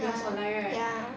ya ya